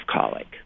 colic